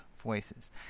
voices